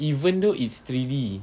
even though it's three D